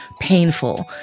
painful